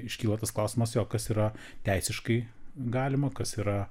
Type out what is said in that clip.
iškyla tas klausimas o kas yra teisiškai galima kas yra